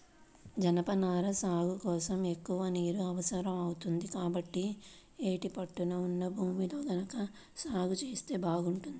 జనపనార సాగు కోసం ఎక్కువ నీరు అవసరం అవుతుంది, కాబట్టి యేటి పట్టున ఉన్న భూముల్లో గనక సాగు జేత్తే బాగుంటది